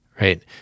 right